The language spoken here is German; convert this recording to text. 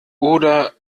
oder